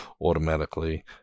automatically